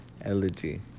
elegy